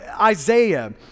Isaiah